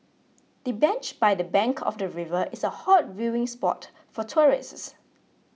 the bench by the bank of the river is a hot viewing spot for tourists